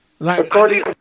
According